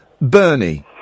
Bernie